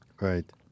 Right